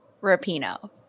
Rapino